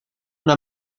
una